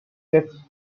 six